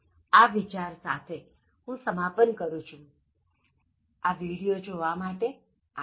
આ વિચાર સાથે હું સમાપન કરું છુંઆ વિડિયો જોવા માટે આભાર